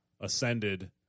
ascended